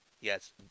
Yes